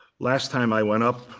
last time i went up,